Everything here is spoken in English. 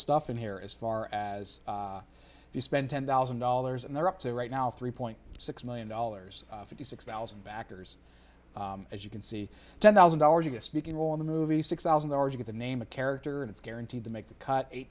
stuff in here as far as if you spend ten thousand dollars and they're up to right now three point six million dollars fifty six thousand backers as you can see ten thousand dollars of a speaking role in the movie six thousand are you to name a character and it's guaranteed to make the cut eight